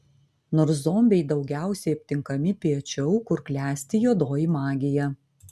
nors zombiai daugiausiai aptinkami piečiau kur klesti juodoji magija